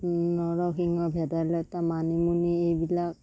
নৰসিংহ ভেদাইলতা মানিমুনি এইবিলাক